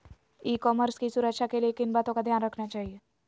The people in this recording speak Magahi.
ई कॉमर्स की सुरक्षा के लिए किन बातों का ध्यान रखना चाहिए?